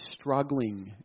struggling